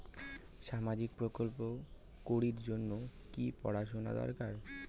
সামাজিক প্রকল্প করির জন্যে কি পড়াশুনা দরকার?